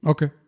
Okay